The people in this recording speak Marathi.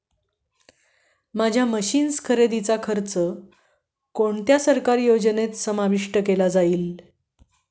माझ्या मशीन्स खरेदीचा खर्च कोणत्या सरकारी योजनेत समाविष्ट केला जाईल का?